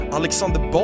Alexander